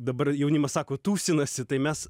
dabar jaunimas sako tūsinasi tai mes